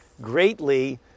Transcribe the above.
greatly